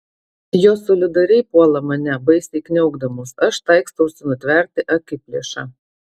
jos solidariai puola mane baisiai kniaukdamos aš taikstausi nutverti akiplėšą